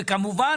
כמובן